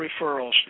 Referrals